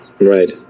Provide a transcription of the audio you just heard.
Right